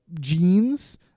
jeans